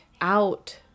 out